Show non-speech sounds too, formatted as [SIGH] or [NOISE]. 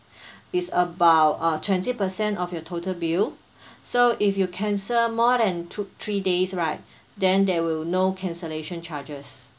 [BREATH] it's about uh twenty percent of your total bill [BREATH] so if you cancel more than two three days right then there will no cancellation charges